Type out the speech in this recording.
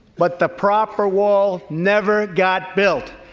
but the proper wall never got built.